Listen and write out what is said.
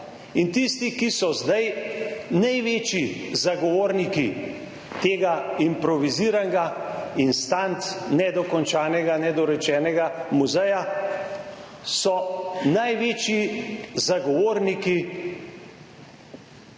in tisti, ki so zdaj največji zagovorniki tega improviziranega, instant, nedokončanega, nedorečenega muzeja, so največji zagovorniki